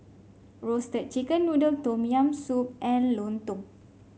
Roasted Chicken Noodle Tom Yam Soup and lontong